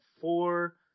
four